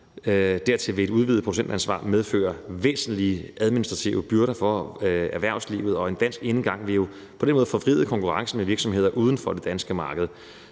Dertil vil et udvidet producentansvar medføre væsentlige administrative byrder for erhvervslivet, og en dansk enegang vil jo på den måde forvride konkurrencen med virksomheder uden for det danske marked.